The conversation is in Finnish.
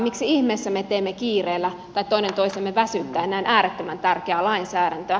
miksi ihmeessä me teemme kiireellä tai toinen toisemme väsyttäen näin äärettömän tärkeää lainsäädäntöä